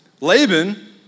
Laban